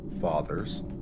Fathers